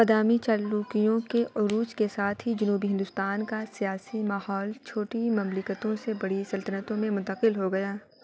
بدامی چالوکیوں کے عروج کے ساتھ ہی جنوبی ہندوستان کا سیاسی ماحول چھوٹی مملکتوں سے بڑی سلطنتوں میں منتقل ہو گیا